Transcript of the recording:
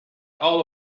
all